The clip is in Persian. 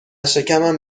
شکمم